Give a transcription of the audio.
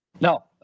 Now